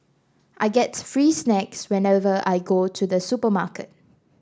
I get free snacks whenever I go to the supermarket